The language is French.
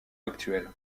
actuel